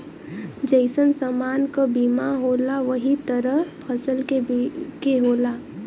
जइसन समान क बीमा होला वही तरह फसल के होला